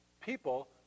people